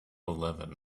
eleven